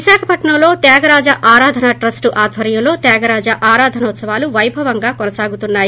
విశాఖపట్సంలో త్యాగరాజు ఆరాధన ట్రస్ట ఆధ్వర్యంలో త్యాగరాజు ఆరాధనోత్సవాలు పైభవంగా కొనసాగుతున్నాయి